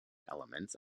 elements